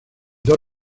dos